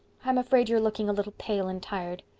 i'm afraid you're looking a little pale and tired.